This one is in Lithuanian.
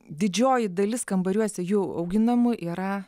didžioji dalis kambariuose jų auginamų yra